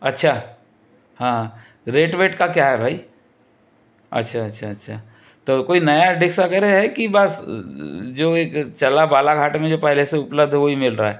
अच्छा हाँ रेट वेट का क्या है भई अच्छा अच्छा अच्छा तो कोई नया डिश वगैरह है कि बस जो एक चला बालाघाट में जो पहले से उपलब्ध है वही मिल रहा है